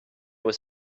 was